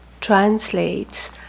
translates